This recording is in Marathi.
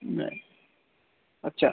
मॅथ्स अच्छा